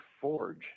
Forge